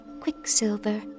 quicksilver